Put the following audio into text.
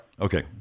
Okay